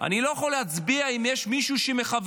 אני לא יכול להצביע אם יש מישהו שמכוון.